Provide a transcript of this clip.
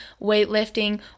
weightlifting